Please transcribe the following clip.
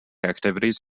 activities